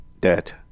Debt